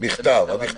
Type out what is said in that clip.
מכתב המאשר.